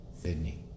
Sydney